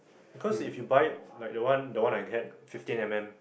because if you buy like the one the one I had fifteen M M